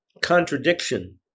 contradiction